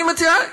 אני מציע,